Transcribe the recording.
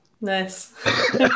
Nice